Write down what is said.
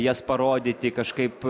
jas parodyti kažkaip